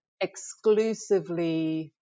Exclusively